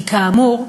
כי, כאמור,